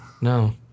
no